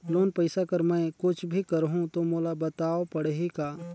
Loan पइसा कर मै कुछ भी करहु तो मोला बताव पड़ही का?